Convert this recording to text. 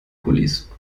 gullys